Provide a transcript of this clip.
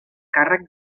càrrec